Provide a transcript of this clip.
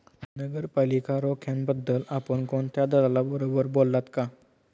नगरपालिका रोख्यांबद्दल आपण कोणत्या दलालाबरोबर बोललात का?